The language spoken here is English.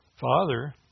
Father